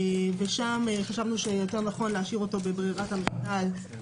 שם חשבנו שיותר נכון להשאיר אותו בברירת המחדל